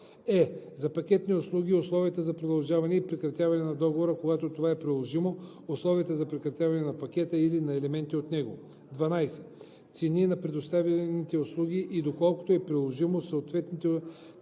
е) за пакетни услуги – условията за продължаване и прекратяване на договора, когато това е приложимо, условията за прекратяване на пакета или на елементи от него; 12. цени на предоставяните услуги и доколкото е приложимо, съответните цени за